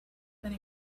been